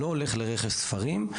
לא הולך לרכש ספרים.